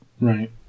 Right